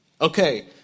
Okay